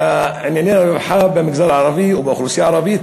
לענייני הרווחה במגזר הערבי ובאוכלוסייה הערבית.